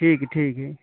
ठीक है ठीक है